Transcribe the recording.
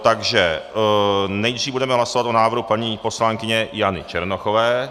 Takže nejdříve budeme hlasovat o návrhu paní poslankyně Jany Černochové.